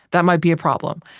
that might be a problem.